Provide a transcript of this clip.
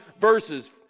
verses